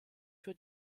für